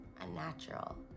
unnatural